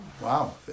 Wow